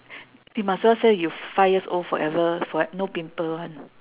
you might as well say you five years old forever fore~ no pimple [one]